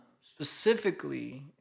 specifically